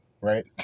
right